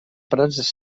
prats